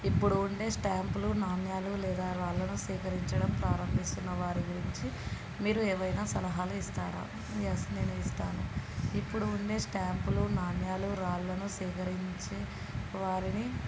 ఇప్పుడు ఉండే స్టాంపులు నాణ్యాలు లేదా రాళ్ళను సేకరించడం ప్రారంభిస్తున్న వారి గురించి మీరు ఏవైనా సలహాలు ఇస్తారా ఎస్ నేను ఇస్తాను ఇప్పుడు ఉండే స్టాంపులు నాణ్యాలు రాళ్ళను సేకరించే వారిని